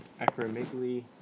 acromegaly